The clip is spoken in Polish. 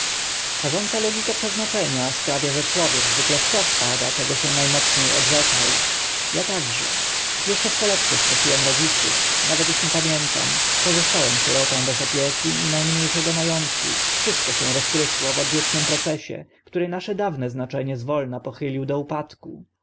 karząca logika przeznaczenia sprawia że człowiek zwykle w to wpada czego się na mocnie odrzekał ja także jeszcze w kolebce straciłem rodziców nawet ich nie pamiętam pozostałem sierotą bez opieki i na mnie szego ma ątku wszystko się rozprysło w odwiecznym procesie który nasze dawne znaczenie z wolna pochylił do upadku